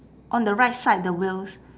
on the right side the wheels